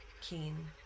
Keen